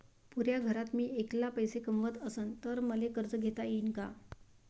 पुऱ्या घरात मी ऐकला पैसे कमवत असन तर मले कर्ज घेता येईन का?